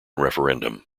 referendum